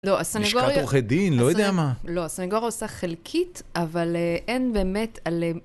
לא, הסנגוריה... - לשכת עורכי דין? לא יודע מה... - לא הסנגוריה עושה חלקית, אבל, אין באמת, על...